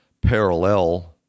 parallel